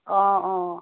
অঁ অঁ